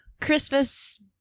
Christmas